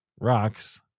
rocks